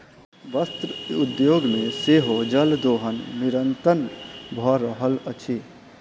वस्त्र उद्योग मे सेहो जल दोहन निरंतन भ रहल अछि